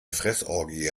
fressorgie